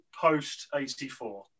post-84